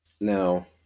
Now